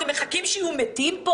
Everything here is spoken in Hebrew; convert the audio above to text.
אתם מחכים שיהיו פה מתים?